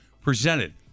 presented